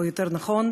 או יותר נכון,